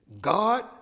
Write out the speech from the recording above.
God